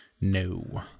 No